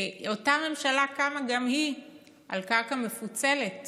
אותה ממשלה קמה גם היא על קרקע מפוצלת